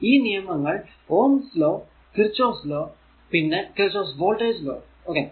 ഈ നിയമങ്ങൾ Ohm's law ohm's law Kirchhoff current law Kirchhoff's current law പിന്നെ Kirchhoff voltage law Kirchhoff's voltage law